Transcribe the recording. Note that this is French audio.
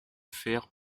faire